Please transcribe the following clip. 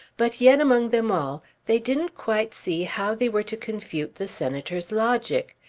but yet among them all they didn't quite see how they were to confute the senator's logic.